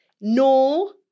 No